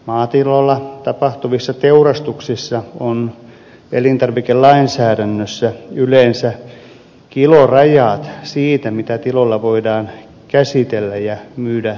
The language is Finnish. maatiloilla tapahtuvissa teurastuksissa on elintarvikelainsäädännössä yleensä kilorajat sille mitä tiloilla voidaan käsitellä ja myydä suoraan